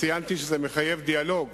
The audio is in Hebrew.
ציינתי שזה מחייב דיאלוג